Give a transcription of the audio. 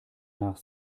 nach